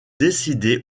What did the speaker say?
décidé